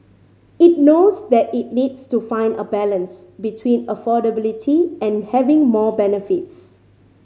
it knows that it needs to find a balance between affordability and having more benefits